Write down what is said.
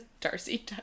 Darcy